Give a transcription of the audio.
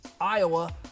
Iowa